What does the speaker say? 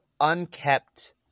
unkept